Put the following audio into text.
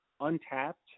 untapped